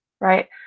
Right